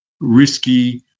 risky